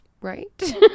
Right